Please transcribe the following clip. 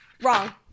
Wrong